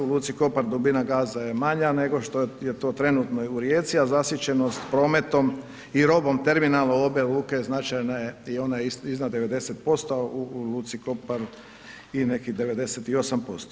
U luci Kopar dubina gaza je manja nego što je to trenutno u Rijeci, a zasićenost prometom i robom terminal obje luke značajne i one iznad 90%, u luci Kopar i nekih 98%